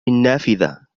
النافذة